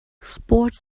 sports